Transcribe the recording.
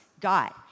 God